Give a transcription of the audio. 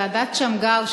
ועדת שמגר,